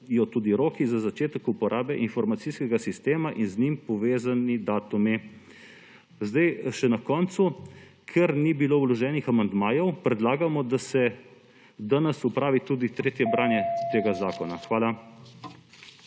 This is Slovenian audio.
tudi roki za začetek uporabe informacijskega sistema in z njim povezani datumi. Še na koncu, ker ni bilo vloženih amandmajev, predlagamo, da se danes opravi tudi tretje branje tega zakona. Hvala.